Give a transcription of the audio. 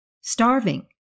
Starving